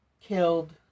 killed